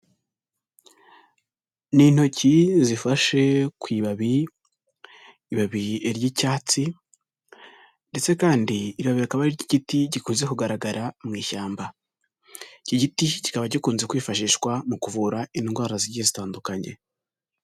Ni intoki zifashe ku ibabi, ibabi ry'icyatsi ndetse kandi iri babi akaba ari iry'igiti gikunze kugaragara mu ishyamba, iki giti kikaba gikunze kwifashishwa mu kuvura indwara zigiye zitandukanye.